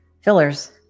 fillers